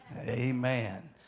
Amen